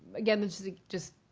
again this is just